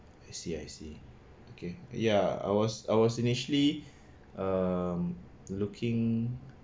I see I see okay ya I was I was initially um looking